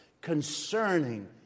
concerning